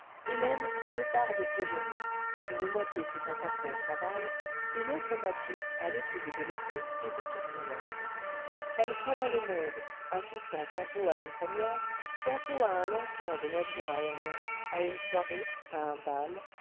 hélène fit deux parts de ses journées une moitié fut consacrée au travail et l'autre moitié à l'étude de l'épée et du pistolet elle courait le monde assistant tantôt à une première tantôt à un lancement de navire aérien à une soirée à un bal